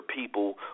people